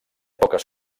poques